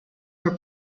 were